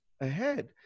ahead